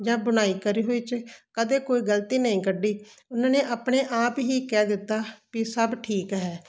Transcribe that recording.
ਜਾਂ ਬੁਣਾਈ ਕਰੀ ਹੋਈ 'ਚ ਕਦੇ ਕੋਈ ਗਲਤੀ ਨਹੀਂ ਕੱਢੀ ਉਹਨਾਂ ਨੇ ਆਪਣੇ ਆਪ ਹੀ ਕਹਿ ਦਿੱਤਾ ਵੀ ਸਭ ਠੀਕ ਹੈ